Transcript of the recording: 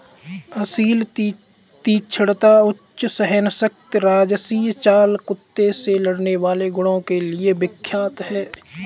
असील तीक्ष्णता, उच्च सहनशक्ति राजसी चाल कुत्ते से लड़ने वाले गुणों के लिए विख्यात है